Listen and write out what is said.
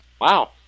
wow